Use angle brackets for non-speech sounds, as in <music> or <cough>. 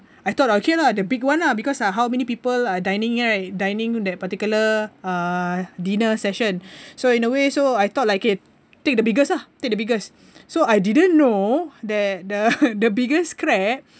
I thought okay lah the big one lah because like how many people are dining right dining in that particular uh dinner session <breath> so in a way so I thought like okay take the biggest ah take the biggest so I didn't know that the the biggest crab